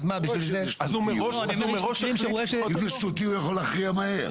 אז מה --- אם זה שטותי הוא יכול להכריע מהר.